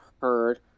heard